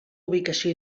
ubicació